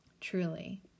Truly